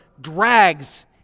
drags